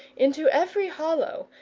into every hollow,